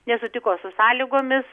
nesutiko su sąlygomis